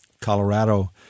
Colorado